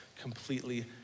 completely